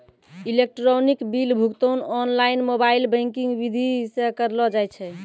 electronic bill भुगतान online mobile banking विधि से करलो जाय छै